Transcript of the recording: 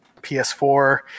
PS4